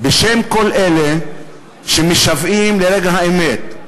בשם כל אלה שמשוועים לרגע האמת,